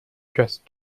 just